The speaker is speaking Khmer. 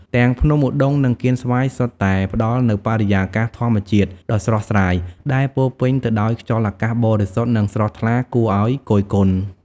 ទាំងភ្នំឧដុង្គ និងកៀនស្វាយសុទ្ធតែផ្តល់នូវបរិយាកាសធម្មជាតិដ៏ស្រស់ស្រាយដែលពោរពេញទៅដោយខ្យល់អាកាសបរិសុទ្ធនិងស្រស់ថ្លាគួរឲ្យគយគន់។